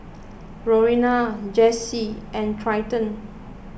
Lorena Jessi and Trenton